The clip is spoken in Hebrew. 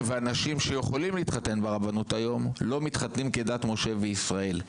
אנשים שיכולים להתחתן ברבנות היום לא מתחתנים כדת משה וישראל,